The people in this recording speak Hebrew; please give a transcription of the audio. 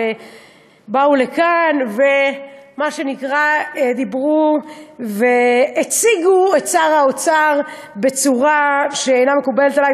שבאו לכאן ומה שנקרא דיברו והציגו את שר האוצר בצורה שאינה מקובלת עלי,